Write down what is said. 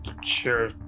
sure